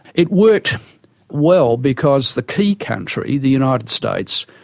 it worked well because the key country, the united states,